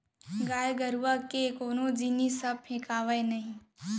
गाय गरूवा के कोनो जिनिस ह फेकावय नही